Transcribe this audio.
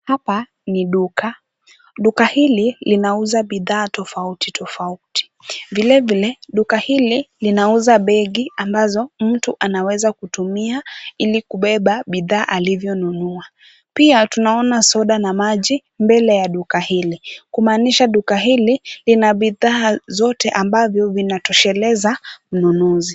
Hapa ni duka. Duka hili linauza bidhaa tofauti tofauti. Vilevile duka hili linauza begi ambazo mtu anaweza kutumia ili kubeba bidhaa alivyonunua. Pia tunaona soda na maji mbele ya duka hili kumaanisha duku hili lina bidhaa zote ambavyo vinatosheleza ununuzi.